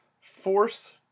Force